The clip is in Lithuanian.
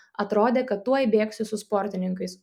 atrodė kad tuoj bėgsiu su sportininkais